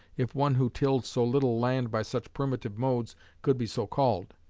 if one who tilled so little land by such primitive modes could be so called.